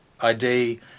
ID